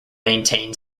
maintain